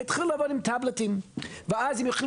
המשטרה התחילה לעבוד עם טאבלטים ואז הם יכולים